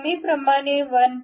नेहमीप्रमाणे 1